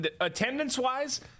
attendance-wise